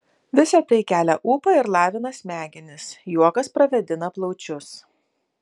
visa tai kelia ūpą ir lavina smegenis juokas pravėdina plaučius